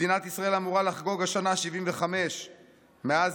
מדינת ישראל אמורה לחגוג השנה 75. מאז